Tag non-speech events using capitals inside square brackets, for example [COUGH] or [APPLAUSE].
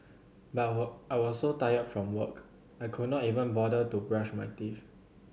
[UNINTELLIGIBLE] I was so tired from work I could not even bother to brush my teeth